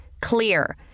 Clear